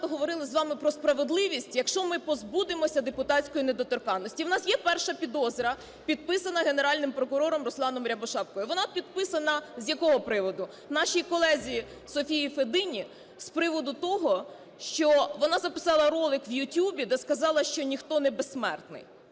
говорили з вами про справедливість, якщо ми позбудемося депутатської недоторканності. У нас є перша підозра, підписана Генеральним прокурором Русланом Рябошапкою. Вона підписана з якого приводу нашій колезі Софії Федині? З приводу того, що вона записала ролик в You Tube, де сказала, що ніхто не безсмертний.